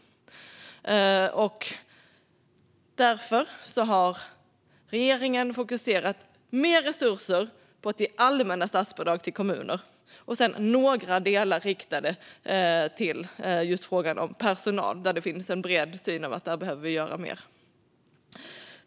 Därför har regeringen fokuserat på mer resurser till allmänna statsbidrag till kommuner och några delar riktade till just personal, där det finns en bred samsyn om att vi behöver göra mer.